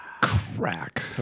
Crack